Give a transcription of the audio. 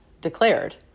declared